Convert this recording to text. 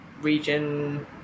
region